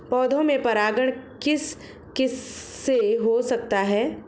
पौधों में परागण किस किससे हो सकता है?